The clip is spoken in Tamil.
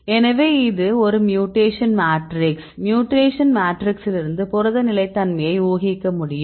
எனவே இது ஒரு மியூடேக்ஷன் மேட்ரிக்ஸ் மியூடேக்ஷன் மேட்ரிக்ஸிலிருந்து புரத நிலைத்தன்மையை ஊகிக்க முடியும்